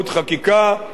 הדברים האלה ייעשו,